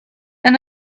and